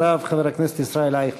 אחריו, חבר הכנסת ישראל אייכלר.